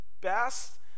best